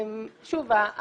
שוב,